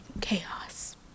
chaos